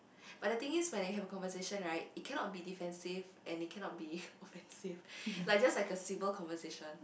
but the thing is when they have a conversation [right] it cannot be defensive and it cannot be offensive like just like a civil conversation